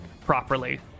properly